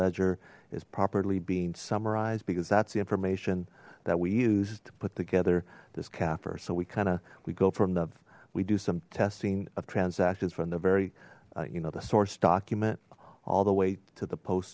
ledger is properly being summarized because that's the information that we use to put together this kaffir so we kind of we go from them we do some testing of transactions from there very you know the source document all the way to the post